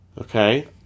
okay